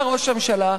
בא ראש הממשלה,